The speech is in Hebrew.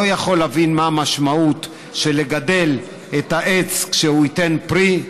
יכול להבין מה המשמעות של לגדל את העץ שהוא ייתן פרי.